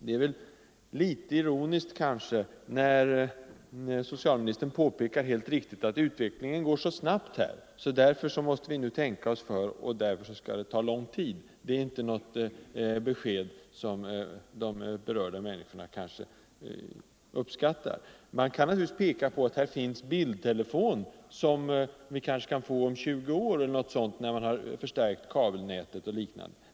Det låter kanske litet märkligt när socialministern säger att utvecklingen går så snabbt att vi måste tänka oss för och att det hela därför skall ta lång tid. Det är inte något besked som de berörda människorna uppskattar. Man kan naturligtvis peka på att det finns bildtelefon, som de kanske kan få om ungefär 20 år när kabelnäten förstärkts etc.